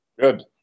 Good